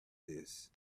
this